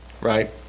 right